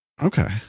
Okay